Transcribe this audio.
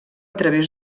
través